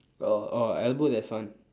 orh orh elbow there's one